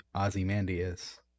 Ozymandias